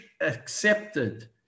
accepted